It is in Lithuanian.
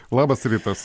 labas rytas